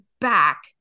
back